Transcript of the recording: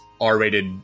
R-rated